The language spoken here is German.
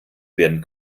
werden